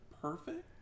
Perfect